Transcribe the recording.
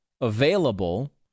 available